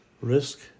Risk